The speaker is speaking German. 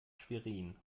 schwerin